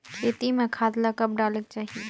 खेती म खाद ला कब डालेक चाही?